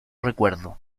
recuerdo